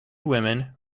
women